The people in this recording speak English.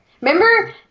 Remember